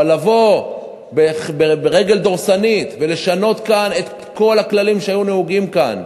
אבל לבוא ברגל דורסנית ולשנות כאן את כל הכללים שהיו נהוגים כאן,